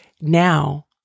now